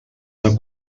una